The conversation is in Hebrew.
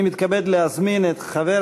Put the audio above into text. אני מתכבד להזמין את חבר